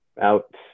out